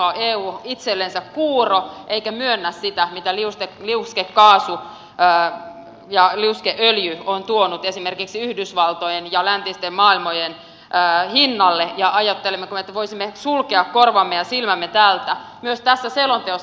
onkohan eu itsellensä kuuro eikä myönnä sitä mitä liuskekaasu ja liuskeöljy ovat aiheuttaneet esimerkiksi yhdysvaltojen ja läntisten maailmojen hinnalle ja ajattelemmeko me että voisimme sulkea korvamme ja silmämme tältä myös tässä selonteossa